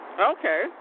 Okay